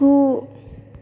गु